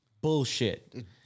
Bullshit